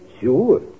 Sure